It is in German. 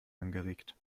angeregt